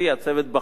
הצוות בחן,